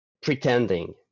pretending